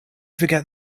forget